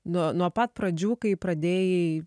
nuo nuo pat pradžių kai pradėjai